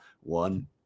one